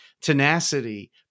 tenacity